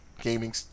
gaming